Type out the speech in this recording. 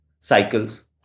cycles